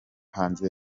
hanze